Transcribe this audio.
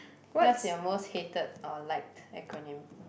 what's your most hated or liked acronym